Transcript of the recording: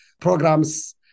programs